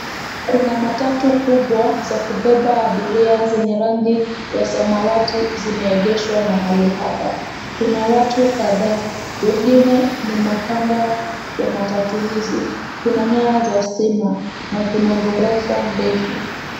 Kuna matatu kubwa za kubeba abiria zenye rangi ya samawati zimeegeshwa mahali hapa. Kuna watu kadhaa, wengine ni makanga wa matatu hizi. Kuna nyaya za stima na kuna ghorofa ndefu.